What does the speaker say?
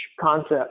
concept